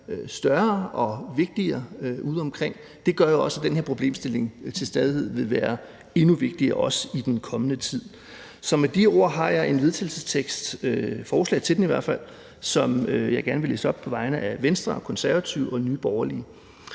større og vigtigere udeomkring, gør jo også, at den her problemstilling til stadighed vil være endnu vigtigere – også i den kommende tid. Så med de ord vil jeg fremsætte et forslag til vedtagelse, som jeg gerne vil læse op på vegne af Venstre, Konservative og Nye Borgerlige: